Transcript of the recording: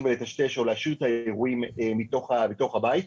ולטשטש או להשאיר את האירועים בתוך הבית.